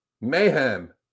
Mayhem